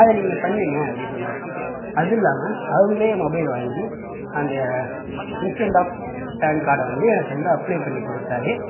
அதை நீங்கள் பண்ணுங்கள் அப்படி சொன்னார் அதுவும் இல்லாமல் அவங்களே மொபைல் வாங்கி அந்த இன்ஸ்டன்டாக பேன் கார்டை வந்து எனக்கு வந்து அப்ளே பண்ணிக் கொடுத்தாரு